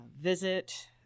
visit